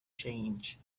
change